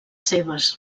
seves